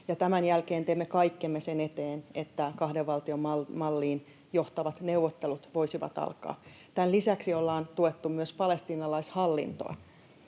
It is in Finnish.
tämän jälkeen teemme kaikkemme sen eteen, että kahden valtion malliin johtavat neuvottelut voisivat alkaa. Tämän lisäksi ollaan tuettu myös palestiinalaishallintoa.